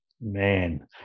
Man